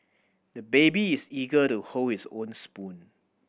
the baby is eager to hold his own spoon